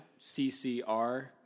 CCR